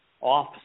off